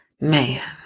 Man